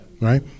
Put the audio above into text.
right